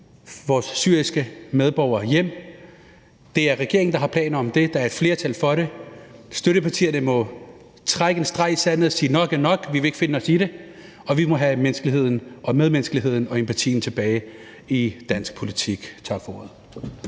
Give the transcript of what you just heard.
vores syriske medborgere hjem. Det er regeringen, der har planer om det, og der er et flertal for det. Støttepartierne må trække en streg i sandet og sige: Nok er nok, vi vil ikke finde os i det. Vi må have medmenneskeligheden og empatien tilbage i dansk politik. Tak for ordet.